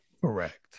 Correct